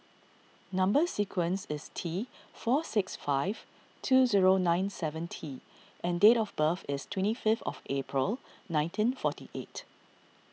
Number Sequence is T four six five two zero nine seven T and date of birth is twenty fifth of April nineteen forty eight